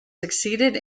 succeeded